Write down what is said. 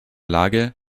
lage